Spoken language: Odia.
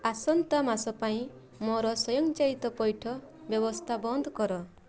ଆସନ୍ତା ମାସ ପାଇଁ ମୋର ସ୍ଵୟଂଚାଳିତ ପଇଠ ବ୍ୟବସ୍ଥା ବନ୍ଦ କର